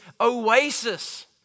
oasis